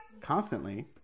constantly